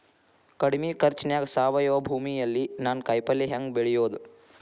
ಕಡಮಿ ಖರ್ಚನ್ಯಾಗ್ ಸಾವಯವ ಭೂಮಿಯಲ್ಲಿ ನಾನ್ ಕಾಯಿಪಲ್ಲೆ ಹೆಂಗ್ ಬೆಳಿಯೋದ್?